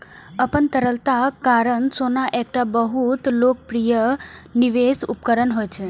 अपन तरलताक कारण सोना एकटा बहुत लोकप्रिय निवेश उपकरण होइ छै